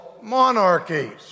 monarchies